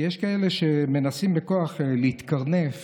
כי יש כאלה שמנסים בכוח להתקרנף